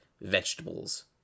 Vegetables